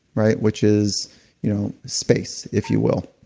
right? which is you know space if you will.